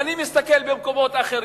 ואני מסתכל במקומות אחרים.